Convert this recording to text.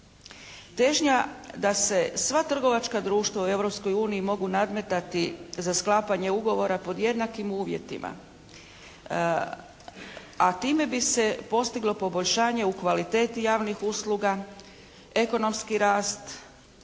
Težnja da se sva trgovačka društva u Europskoj uniji mogu nadmetati za sklapanje ugovora pod jednakim uvjetima a time bi se postiglo poboljšanje u kvaliteti javnih usluga, ekonomski rast,